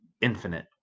infinite